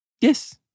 Yes